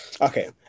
Okay